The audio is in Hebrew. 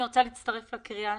אני רוצה להצטרף לקריאה,